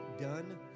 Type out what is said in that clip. done